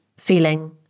feeling